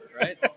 right